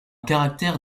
caractère